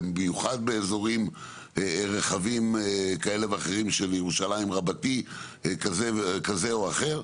במיוחד באזורים רחבים כאלה ואחרים של ירושלים רבתי כזה או אחר,